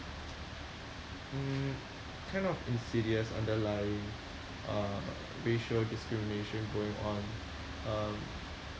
mm kind of insidious underlying uh racial discrimination going on um